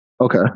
Okay